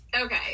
okay